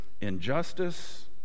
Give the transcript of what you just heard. injustice